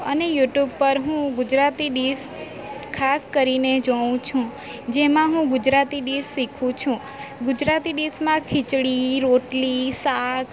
અને યૂટ્યૂબ પર હું ગુજરાતી ડીશ ખાસ કરીને જોઉં છું જેમાં હું ગુજરાતી ડીશ શીખું છું ગુજરાતી ડીશમાં ખીચડી રોટલી શાક